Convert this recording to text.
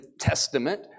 testament